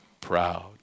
proud